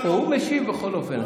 הוא משיב בכל אופן.